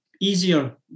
easier